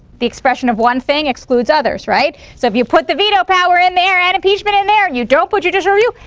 the expression of one thing excludes others, right? so if you put the veto power in there and impeachment in there, you don't put judicial review,